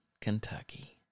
Kentucky